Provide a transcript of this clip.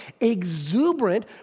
exuberant